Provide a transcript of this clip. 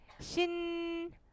Shin